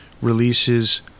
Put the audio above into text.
releases